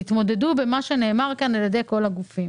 תתמודדו עם מה שנאמר כאן על ידי כל הגופים.